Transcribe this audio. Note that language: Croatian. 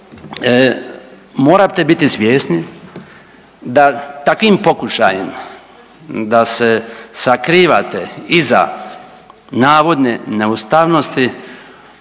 morate biti svjesni da takvim pokušajem da se sakrivate iza navodne neustavnosti